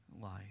life